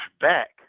back